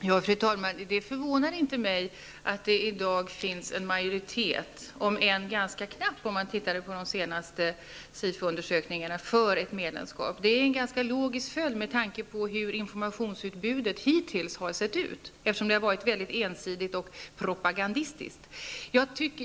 Fru talman! Det förvånar inte mig att det i dag finns en majoritet, om än ganska knapp enligt de senaste Sifoundersökningarna, för ett medlemskap. Det är en logisk följd av hur informationsutbudet hittills har sett ut. Informationen har varit ensidig och propagandistisk.